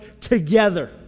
together